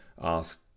ask